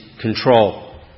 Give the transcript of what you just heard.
control